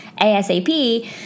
ASAP